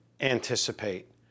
anticipate